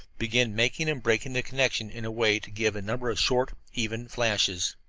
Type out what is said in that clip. began making and breaking the connection in a way to give a number of short, even flashes.